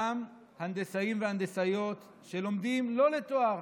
אלא גם הנדסאים והנדסאיות שלומדים לא לתואר.